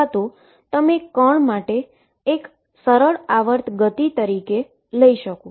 અથવા તમે કણ માટે એક સિમ્પલ હાર્મોનીક મોશન તરીકે લઈ શકો